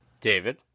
David